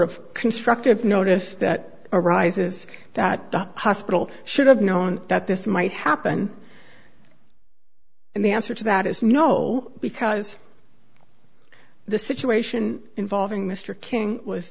of constructive notice that arises that the hospital should have known that this might happen and the answer to that is no because the situation involving mr king was